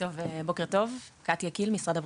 בוקר טוב, קטיה קיל משרד הבריאות.